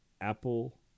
Apple